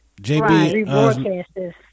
JB